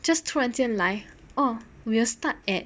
just 突然间来 orh we will start at